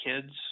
kids